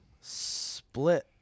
split